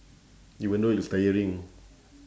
even though it's tiring